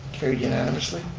carried unanimously,